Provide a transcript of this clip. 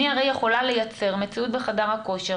אני הרי יכולה לייצר מציאות בחדר הכושר,